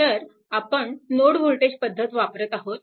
तर आपण node voltage पद्धत वापरात आहोत